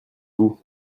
vous